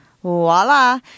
Voila